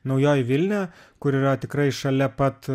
naujoji vilnia kur yra tikrai šalia pat